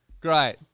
Great